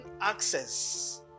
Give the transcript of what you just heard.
access